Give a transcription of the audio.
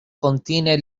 contine